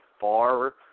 far